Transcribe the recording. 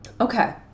Okay